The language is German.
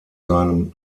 seinem